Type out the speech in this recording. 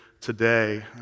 today